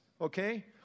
okay